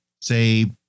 say